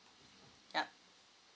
yup